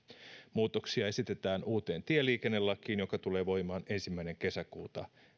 muutoksia esitetään uuteen tieliikennelakiin joka tulee voimaan ensimmäinen kesäkuuta